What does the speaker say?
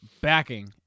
backing